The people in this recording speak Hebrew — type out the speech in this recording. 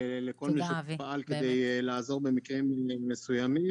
ולכל מי שפעל כדי לעזור במקרים מסוימים.